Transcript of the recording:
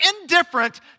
indifferent